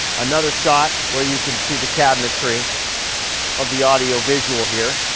another shot where you can see the cabinetry of the audio visual here.